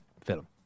film